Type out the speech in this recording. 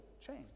change